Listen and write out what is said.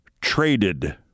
traded